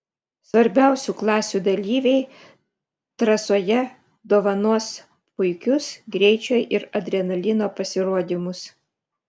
svarbiausių klasių dalyviai trasoje dovanos puikius greičio ir adrenalino pasirodymus